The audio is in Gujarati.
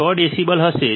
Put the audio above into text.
6 ડેસિબલ હશે